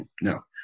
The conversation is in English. No